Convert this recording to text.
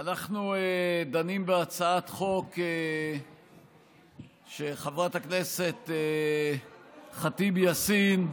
אנחנו דנים בהצעת חוק של חברת הכנסת ח'טיב יאסין.